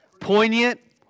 Poignant